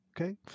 Okay